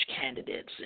candidates